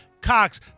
cox